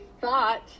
thought